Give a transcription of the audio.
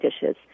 dishes